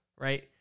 right